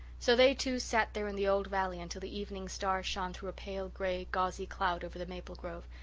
so they two sat there in the old valley until the evening star shone through a pale-grey, gauzy cloud over the maple grove,